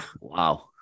wow